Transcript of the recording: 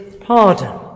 pardon